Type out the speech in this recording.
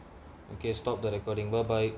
okay stop the recording whereby